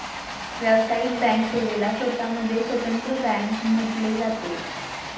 व्यावसायिक बँक सेवेला स्वतः मध्ये स्वतंत्र बँक म्हटले जाते